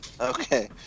Okay